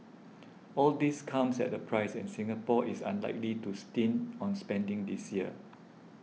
all this comes at a price and Singapore is unlikely to stint on spending this year